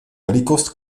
velikost